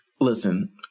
Listen